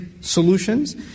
solutions